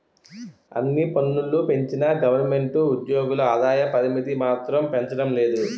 అన్ని పన్నులూ పెంచిన గవరమెంటు ఉజ్జోగుల ఆదాయ పరిమితి మాత్రం పెంచడం లేదు